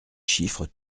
chiffres